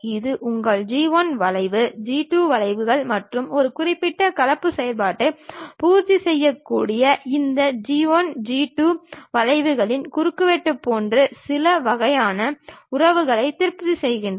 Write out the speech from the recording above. இது உங்கள் G 1 வளைவு G 2 வளைவுகள் மற்றும் ஒரு குறிப்பிட்ட கலப்பு செயல்பாட்டை பூர்த்தி செய்யக் கூடிய இந்த G 1 G 2 வளைவுகளின் குறுக்குவெட்டு போன்ற சில வகையான உறவுகளை திருப்தி செய்கிறது